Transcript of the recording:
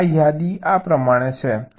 તો આ યાદી આ પ્રમાણે છે